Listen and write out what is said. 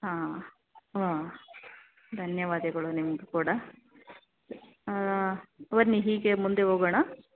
ಹಾಂ ಹಾಂ ಧನ್ಯವಾದಗಳು ನಿಮಗೂ ಕೂಡ ಬನ್ನಿ ಹೀಗೆ ಮುಂದೆ ಹೋಗೋಣ